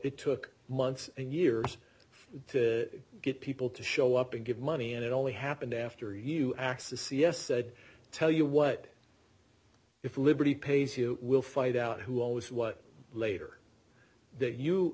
it took months and years to get people to show up and give money and it only happened after you x a c s said tell you what if liberty pays you will find out who always what later that you